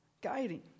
guiding